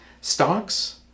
Stocks